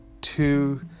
two